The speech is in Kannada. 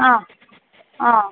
ಆಂ ಆಂ